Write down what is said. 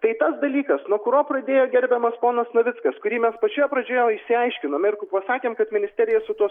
tai tas dalykas nuo kurio pradėjo gerbiamas ponas navickas kurį mes pačioje pradžioje išsiaiškinome ir kur pasakėm kad ministerija su tuo